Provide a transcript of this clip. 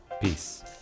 Peace